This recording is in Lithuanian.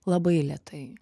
labai lėtai